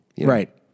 Right